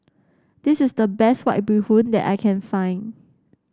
this is the best White Bee Hoon that I can find